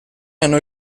anno